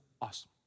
awesome